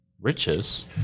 riches